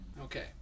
Okay